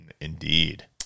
Indeed